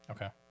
Okay